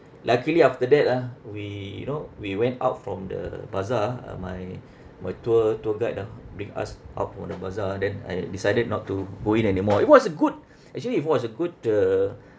luckily after that ah we you know we went out from the bazaar ah uh my my tour tour guide ah bring us up on a bazaar ah then I decided not to go in anymore it was good actually you it was a good uh